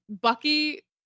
Bucky